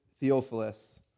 Theophilus